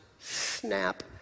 Snap